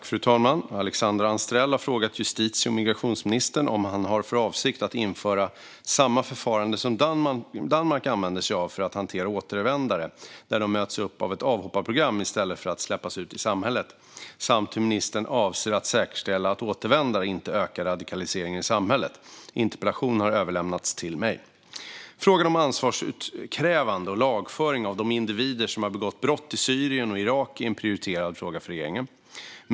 Fru talman! Alexandra Anstrell har frågat justitie och migrationsministern om han har för avsikt att införa samma förfarande som Danmark använder sig av för att hantera återvändare, där de möts upp av ett avhopparprogram i stället för att släppas ut i samhället, samt hur ministern avser att säkerställa att återvändare inte ökar radikaliseringen i samhället. Interpellationen har överlämnats till mig. Frågan om ansvarsutkrävande och lagföring av de individer som har begått brott i Syrien och Irak är en prioriterad fråga för regeringen.